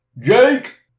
Jake